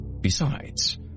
Besides